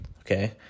okay